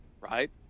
right